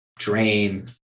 drain